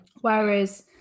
Whereas